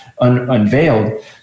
unveiled